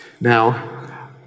Now